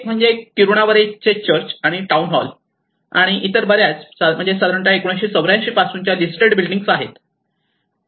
एक म्हणजे किरुणावरे चर्च आणि टाउन हॉल आणि इतर बर्याच 1984 पासून लिस्टेड बिल्डिंग आहेत